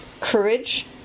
courage